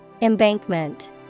Embankment